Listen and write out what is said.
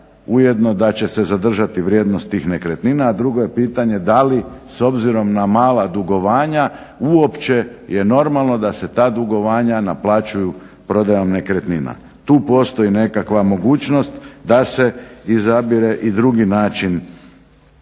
ujedno da će se zadržati vrijednost tih nekretnina, a drugo je pitanje da li s obzirom na mala dugovanja uopće je normalno da se ta dugovanja naplaćuju prodajom nekretnina. Tu postoji nekakva mogućnost da se izabire i drugi način